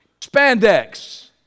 Spandex